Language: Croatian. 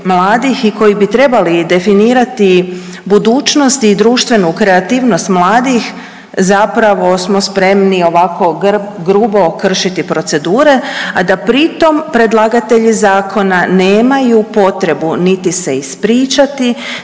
i koji bi trebali definirati budućnost i društvenu kreativnost mladih zapravo smo spremni ovako grubo kršiti procedure, a da pritom predlagatelji zakona nemaju potrebu niti se ispričati,